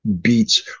beats